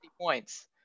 points